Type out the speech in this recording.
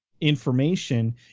information